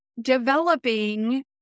developing